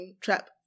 trap